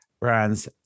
brands